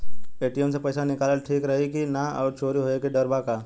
ATM से पईसा निकालल ठीक रही की ना और चोरी होये के डर बा का?